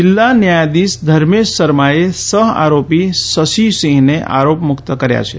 જિલ્લા ન્યાયાધીશ ધર્મેશ શર્માએ સહઆરોપી શશીસિંહને આરોપ મુક્ત કર્યા છે